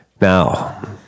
Now